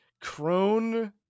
crone